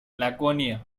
laconia